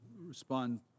respond